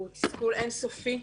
שהוא תסכול אינסופי.